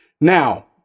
Now